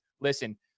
Listen